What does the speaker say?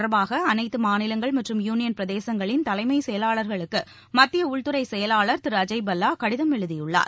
தொடர்பாக அனைத்து மாநிலங்கள் மற்றும் யூனியள் பிரதேசங்களின் இவ தலைமை செயலாளர்களுக்கு மத்திய உள்துறை செயலாளர் திரு அஜய்பல்லா கடிதம் எழுதியுள்ளார்